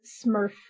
Smurf